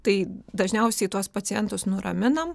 tai dažniausiai tuos pacientus nuraminam